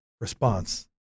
response